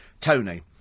Tony